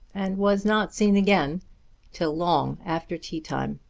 and was not seen again till long after tea-time.